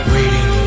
Waiting